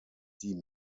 die